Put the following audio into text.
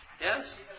Yes